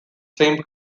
same